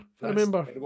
Remember